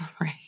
right